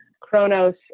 chronos